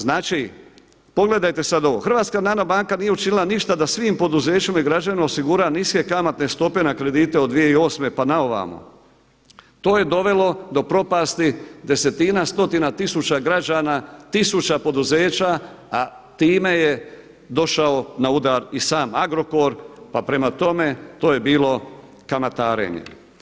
Znači pogledajte sada ovo, HNB nije učinila ništa da svim poduzećima i građanima osigura niske kamatne stope na kredite od 2008. pa na ovamo, to je dovelo do propasti desetina, stotina tisuća građana, tisuća poduzeća, a time je došao na udar i sam Agrokor, pa prema tome to je bilo kamatarenje.